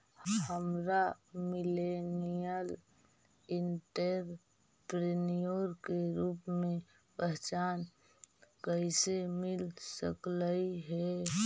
हमरा millennial entrepreneur के रूप में पहचान कइसे मिल सकलई हे?